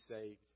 saved